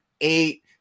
eight